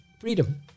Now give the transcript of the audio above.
Freedom